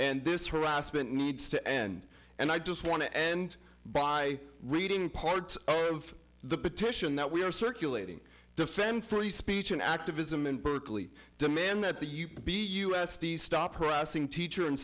and this harassment needs to end and i just want to end by reading part of the petition that we are circulating defend free speech and activism in berkeley demand that the youth be u s d stop harassing teacher and